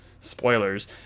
spoilers